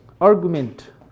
argument